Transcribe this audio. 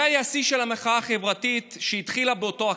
זה היה השיא של המחאה החברתית שהתחילה באותו הקיץ.